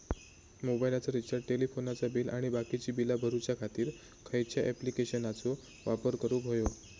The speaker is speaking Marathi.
मोबाईलाचा रिचार्ज टेलिफोनाचा बिल आणि बाकीची बिला भरूच्या खातीर खयच्या ॲप्लिकेशनाचो वापर करूक होयो?